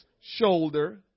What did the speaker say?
shoulder